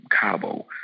Cabo